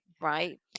right